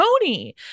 tony